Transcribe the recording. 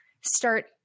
start